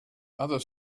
other